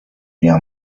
بیا